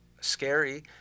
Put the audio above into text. scary